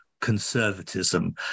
conservatism